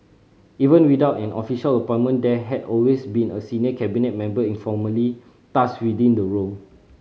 even without an official appointment there had always been a senior Cabinet member informally tasked with the role